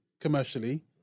commercially